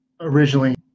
originally